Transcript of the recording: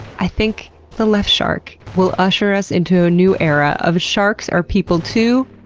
i think the left shark will usher us into a new era of sharks are people too,